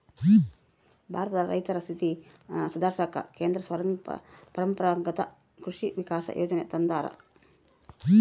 ಭಾರತದ ರೈತರ ಸ್ಥಿತಿ ಸುಧಾರಿಸಾಕ ಕೇಂದ್ರ ಪರಂಪರಾಗತ್ ಕೃಷಿ ವಿಕಾಸ ಯೋಜನೆ ತಂದಾರ